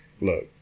look